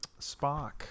Spock